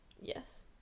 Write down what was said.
Yes